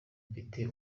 mfite